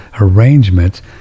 arrangements